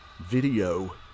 video